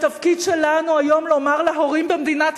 והתפקיד שלנו היום לומר להורים במדינת